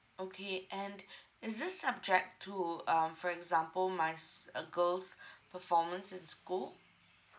okay and is this subject to um for example my s~ uh girls' performance in school